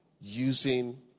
using